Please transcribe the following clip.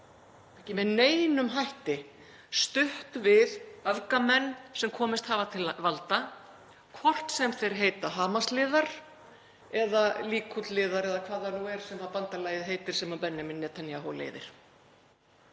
ekki með neinum hætti stutt við öfgamenn sem komist hafa til valda, hvort sem þeir heita Hamas-liðar eða Likud-liðar, eða hvað það nú er sem bandalagið heitir sem Benjamin Netanyahu leiðir,